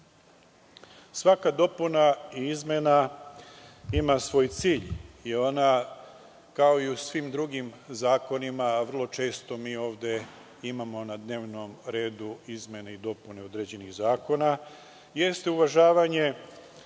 itd. Svaka dopuna i izmena ima svoj cilj, kao i u svim drugim zakonima, a vrlo često ovde imamo na dnevnom redu izmene i dopune određenih zakona, a to je uvažavanje